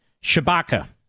Shabaka